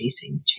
chasing